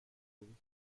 بود